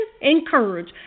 encourage